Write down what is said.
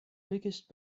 biggest